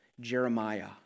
Jeremiah